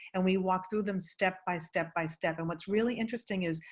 and we walk through them step by step by step. and what's really interesting is,